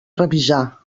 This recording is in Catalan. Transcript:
revisar